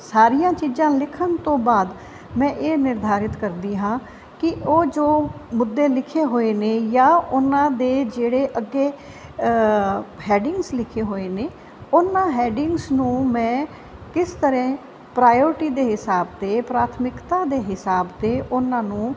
ਸਾਰੀਆਂ ਚੀਜ਼ਾਂ ਲਿਖਣ ਤੋਂ ਬਾਅਦ ਮੈਂ ਇਹ ਨਿਰਧਾਰਿਤ ਕਰਦੀ ਹਾਂ ਕਿ ਉਹ ਜੋ ਮੁੱਦੇ ਲਿਖੇ ਹੋਏ ਨੇ ਜਾਂ ਉਹਨਾਂ ਦੇ ਜਿਹੜੇ ਅੱਗੇ ਹੈਡਿੰਗਸ ਲਿਖੇ ਹੋਏ ਨੇ ਉਹਨਾਂ ਹੈਡਿੰਗਸ ਨੂੰ ਮੈਂ ਕਿਸ ਤਰ੍ਹਾਂ ਪਰਾਯੋਟੀ ਦੇ ਹਿਸਾਬ 'ਤੇ ਪ੍ਰਾਥਮਿਕਤਾ ਦੇ ਹਿਸਾਬ 'ਤੇ ਉਹਨਾਂ ਨੂੰ